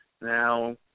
Now